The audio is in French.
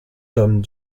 tom